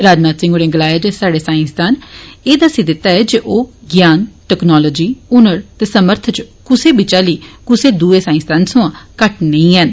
राजनाथ सिंह होरें गलाया जे स्हाड़े साईंसदानें एह् दस्सी दित्ता जे ओह् ज्ञान टैक्नालोजी हुनर ते समर्थ च कुसै बी चाल्ली दूए कोला घट्ट नेई हैन